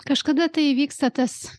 kažkada tai įvyksta tas